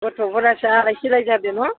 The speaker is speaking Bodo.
गथ'फोरासो आलाय सिलाय जादों न'